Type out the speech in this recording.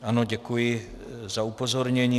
Ano, děkuji za upozornění.